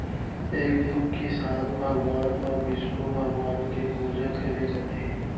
ए दिन किसन भगवान अउ बिस्नु भगवान के पूजा करे जाथे